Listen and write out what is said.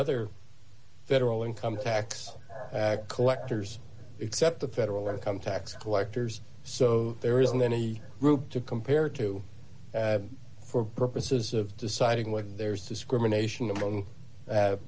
other federal income tax collectors except the federal income tax collectors so there isn't any group to compare to for purposes of deciding whether there's discrimination among